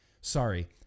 Sorry